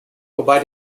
wobei